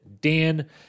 Dan